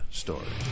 story